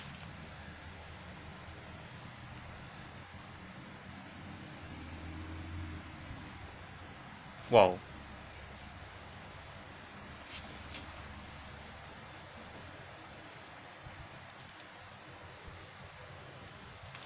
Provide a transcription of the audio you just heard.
!wow!